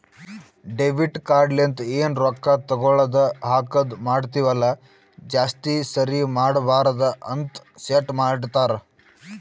debit card ಲಿಂತ ಎನ್ ರೊಕ್ಕಾ ತಗೊಳದು ಹಾಕದ್ ಮಾಡ್ತಿವಿ ಅಲ್ಲ ಜಾಸ್ತಿ ಸರಿ ಮಾಡಬಾರದ ಅಂತ್ ಸೆಟ್ ಮಾಡ್ತಾರಾ